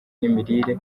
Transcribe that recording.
n’imirire